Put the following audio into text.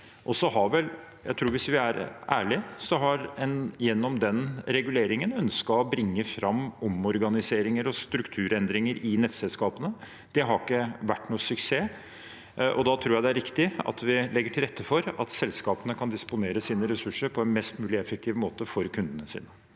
at hvis vi er ærlige, har en gjennom den reguleringen ønsket å bringe fram omorganiseringer og strukturendringer i nettselskapene. Det har ikke vært noen suksess, og da tror jeg det er riktig at vi legger til rette for at selskapene kan disponere sine ressurser på en mest mulig effektiv måte for kundene sine.